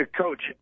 Coach